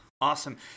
Awesome